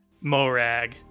Morag